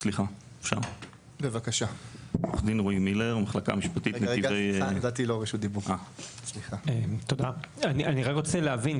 אני רק רוצה להבין,